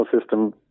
system